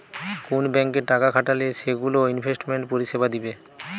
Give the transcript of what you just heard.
কুন ব্যাংকে টাকা খাটালে সেগুলো ইনভেস্টমেন্ট পরিষেবা দিবে